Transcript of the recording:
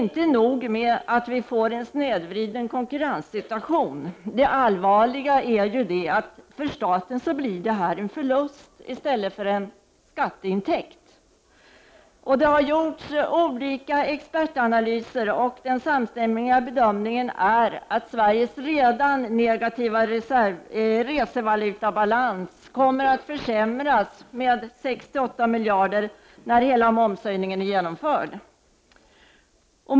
Inte nog med att vi får en snedvriden konkurrenssituation — det allvarliga är att konsekvensen för staten blir en förlust i stället för en skatteintäkt. Det har gjorts olika expertanalyser, och den samstämmiga bedömningen är att Sveriges redan negativa resevalutabalans kommer att försämras med 6-8 miljarder när hela momshöjningen är genomförd.